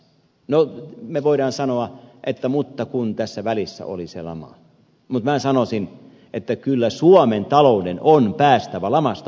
no me voimme sanoa että mutta kun tässä välissä oli se lama mutta minä sanoisin että kyllä suomen talouden on päästävä lamasta ylös